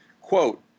quote